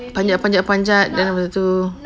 panjat panjat panjat then lepas tu